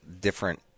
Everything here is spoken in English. different